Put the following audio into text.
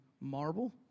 marble